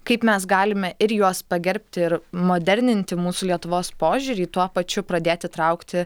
kaip mes galime ir juos pagerbti ir moderninti mūsų lietuvos požiūrį tuo pačiu pradėti traukti